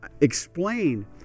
explain